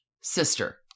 sister